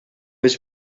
was